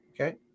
Okay